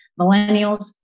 millennials